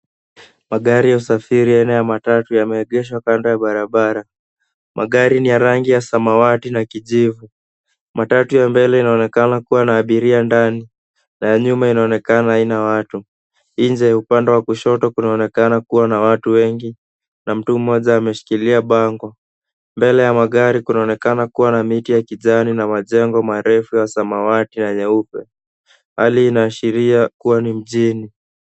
Magari ya usafiri aina ya matatu yameegeshwa kando ya barabara. Magari ni ya rangi ya samawati na kijivu. Matatu ya mbele inaonekana kuwa na abiria ndani na ya nyuma inaonekana haina watu. Nje ya upande wa kushoto kunaonekana kuwa na watu wengi na mtu mmoja ameshikilia bango. Mbele ya magari kunaonekana kuwa na miti ya kijani na majengo marefu ya samawati na nyeupe. Hali hii inaashiria kuwa ni mjini.